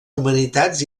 humanitats